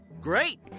great